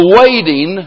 Awaiting